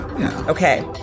Okay